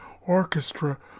Orchestra